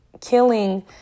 killing